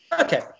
Okay